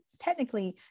technically